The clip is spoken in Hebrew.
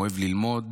אוהב ללמוד.